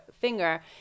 finger